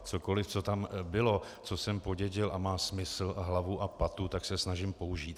A cokoliv, co tam bylo, co jsem podědil a má smysl a hlavu a patu, se snažím použít.